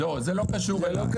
זה לא קשור אליי.